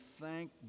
thank